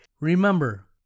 Remember